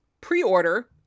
pre-order